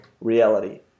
reality